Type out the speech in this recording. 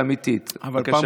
לא.